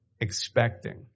expecting